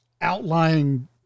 outlying